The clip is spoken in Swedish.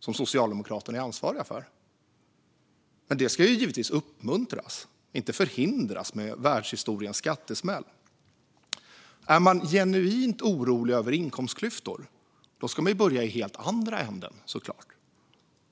som Socialdemokraterna är ansvariga för. Detta ska givetvis uppmuntras, inte förhindras med världshistoriens skattesmäll. Är man genuint orolig för inkomstklyftor ska man börja i den andra änden.